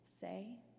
say